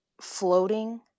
floating